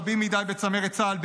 רבים מדי בצמרת צה"ל,